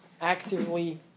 actively